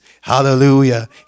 hallelujah